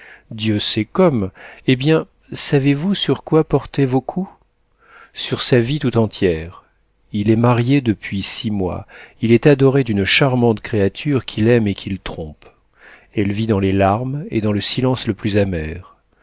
dieu sait comme eh bien savez-vous sur quoi portaient vos coups sur sa vie tout entière il est marié depuis six mois il est adoré d'une charmante créature qu'il aime et qu'il trompe elle vit dans les larmes et dans le silence le plus amer